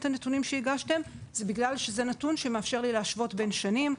הנתונים שהגשתם וזה בגלל שזה נתון שמאפשר לי להשוות בין שנים.